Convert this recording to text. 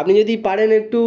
আপনি যদি পারেন একটু